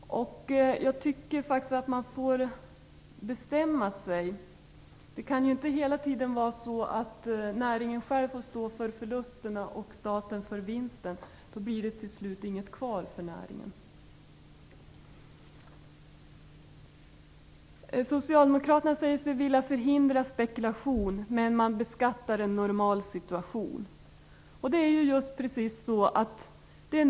Jag tycker faktiskt att man får bestämma sig. Det kan ju inte hela tiden vara så att näringen själv får stå för förlusterna medan staten kammar hem vinsten. Då blir det till sist inget kvar för näringen. Socialdemokraterna säger sig vilja förhindra spekulation, men man beskattar en normal situation. Det är nu lagren av socker är som störst.